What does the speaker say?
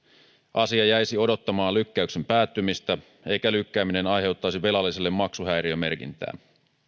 asia jäisi odottamaan lykkäyksen päättymistä eikä lykkääminen aiheuttaisi velalliselle maksuhäiriömerkintää